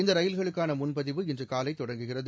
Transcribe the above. இந்த ரயில்களுக்கான முன்பதிவு இன்று காலை தொடங்குகிறது